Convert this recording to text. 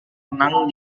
renang